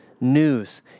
news